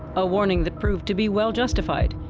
a warning that proved to be well-justified.